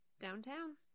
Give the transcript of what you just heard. Downtown